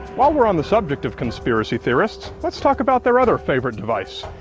while we're on the subject of conspiracy theorists, let's talk about their other favorite device.